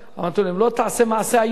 אמרתי לו: אם לא תעשה מעשה היום,